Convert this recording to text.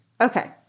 Okay